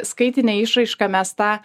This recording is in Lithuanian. skaitine išraiška mes tą